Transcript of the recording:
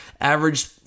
average